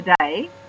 today